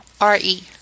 R-E